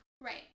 Right